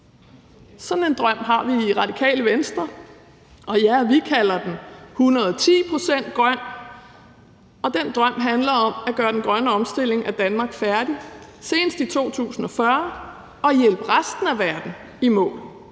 Sådan en drøm har vi i Radikale Venstre, og ja, vi kalder den 110 pct. grøn. Den drøm handler om at gøre den grønne omstilling af Danmark færdig senest i 2040 og at hjælpe resten af verden i mål,